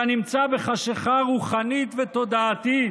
אתה נמצא בחשכה רוחנית ותודעתית.